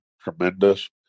tremendous